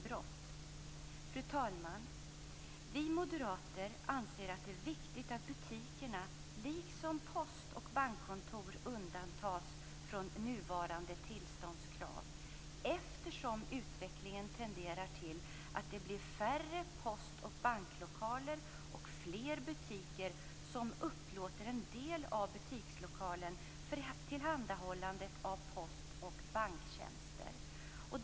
Fru talman! Vi moderater anser att det är viktigt att butikerna, liksom post och bankkontoren, undantas från nuvarande tillståndskrav, eftersom utvecklingen tenderar att gå mot färre post och banklokaler och fler butiker som upplåter en del av butikslokalen för tillhandahållande av post och banktjänster.